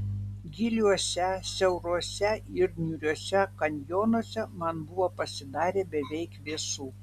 giliuose siauruose ir niūriuose kanjonuose man buvo pasidarę beveik vėsu